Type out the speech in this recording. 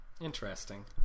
Interesting